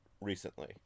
recently